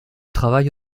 travaille